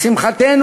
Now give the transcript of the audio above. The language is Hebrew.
לשמחתנו,